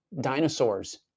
dinosaurs